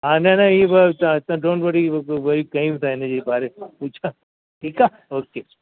हा न न इब असां डोंट वरी कयूं तव्हां हिन जे बारे में पुछां ठीकु आहे ओके